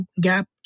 gap